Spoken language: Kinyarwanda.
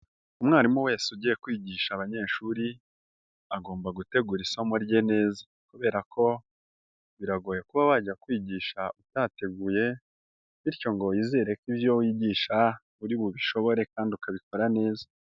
Umwarimu wese ugiye kwigisha abanyeshuri, agomba gutegura isomo rye neza kubera ko biragoye kuba wajya kwigisha utateguye, bityo ngo wizere ko ibyo wigisha uri bubishobore kandi ukabikora neza.